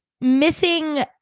missing